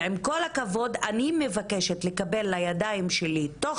ועם כל הכבוד אני מבקשת לקבל לידיים שלי תוך